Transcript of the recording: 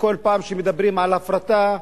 שכל פעם שמדברים על הפרטה,